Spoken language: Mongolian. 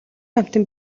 амьтан